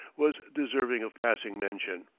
was deserving of passing mention.